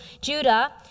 Judah